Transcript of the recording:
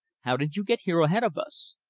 how did you get here ahead of us?